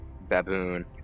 Baboon